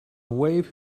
wave